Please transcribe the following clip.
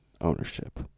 Ownership